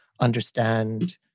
understand